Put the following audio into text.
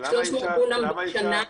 300 דונם בשנה.